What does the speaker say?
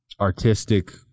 artistic